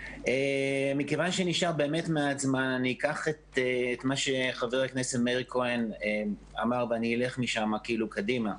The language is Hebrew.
אני אקח את מה שחבר הכנסת מאיר כהן אמר ואני אלך משם קדימה.